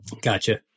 Gotcha